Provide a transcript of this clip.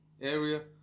area